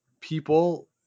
people